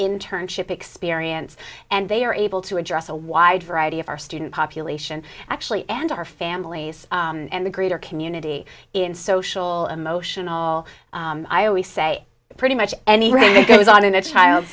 chip experience and they are able to address a wide variety of our student population actually and our families and the greater community in social emotional i always say pretty much anything goes on in a child